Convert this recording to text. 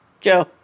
Joe